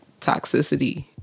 toxicity